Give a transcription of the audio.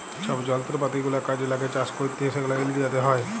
ছব যলত্রপাতি গুলা কাজে ল্যাগে চাষ ক্যইরতে সেগলা ইলডিয়াতে হ্যয়